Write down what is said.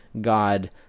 God